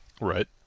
Right